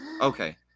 Okay